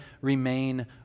remain